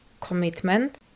commitment